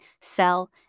sell